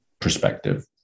perspective